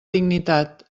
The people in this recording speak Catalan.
dignitat